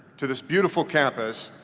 to this beautiful campus,